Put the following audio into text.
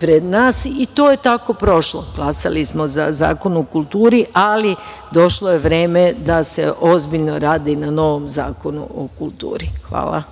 pred nas i to je tako prošlo. Glasali smo za Zakon o kulturi, ali došlo je vreme da se ozbiljno radi na novom zakonu o kulturi. Hvala.